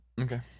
Okay